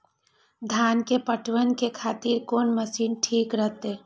धान के पटवन के खातिर कोन मशीन ठीक रहते?